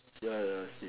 ya ya I see